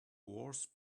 wars